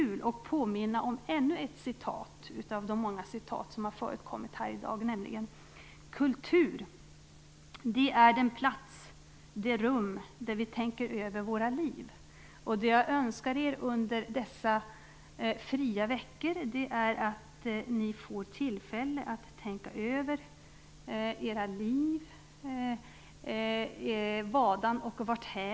Jag skall också påminna er om ännu ett citat utöver de många citat som har förekommit här i dag: "Kulturen är den plats där vi tänker över våra liv." Jag önskar att ni under dessa fria veckor får tillfälle att tänka över era liv, vadan och varthän.